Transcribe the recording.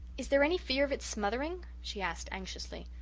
is there any fear of it smothering? she asked anxiously.